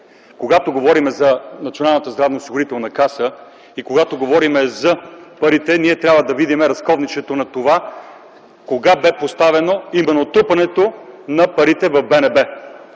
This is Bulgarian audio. Когато говорим за НЗОК и за парите, ние трябва да видим разковничето на това кога беше поставено именно трупането на парите в БНБ.